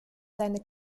seine